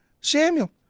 Samuel